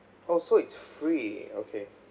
oh so it's free okay